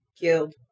Killed